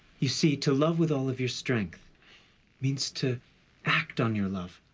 you see to love with all of your strength means to act on your love.